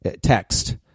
text